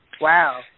Wow